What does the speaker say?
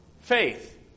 faith